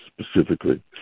specifically